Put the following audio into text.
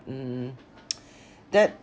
mm that